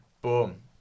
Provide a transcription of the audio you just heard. Boom